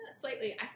Slightly